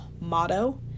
motto